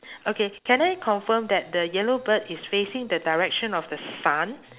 okay can I confirm that the yellow bird is facing the direction of the sun